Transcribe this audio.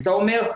אתה אומר,